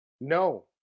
No